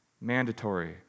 mandatory